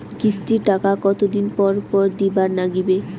কিস্তির টাকা কতোদিন পর পর দিবার নাগিবে?